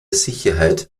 sicherheit